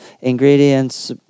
ingredients